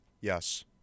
Yes